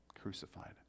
crucified